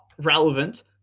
relevant